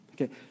Okay